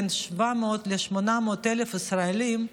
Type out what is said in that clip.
בין 700,000 ל-800,000 ישראלים,